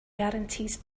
guarantees